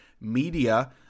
Media